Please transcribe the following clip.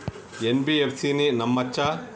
NBFC ని నమ్మచ్చా?